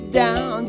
down